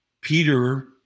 Peter